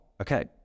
okay